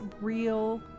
real